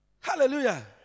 Hallelujah